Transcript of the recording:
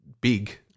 big